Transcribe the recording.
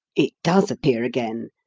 it does appear again,